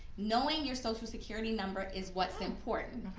no when you're social security number is what is important.